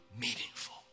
meaningful